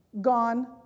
gone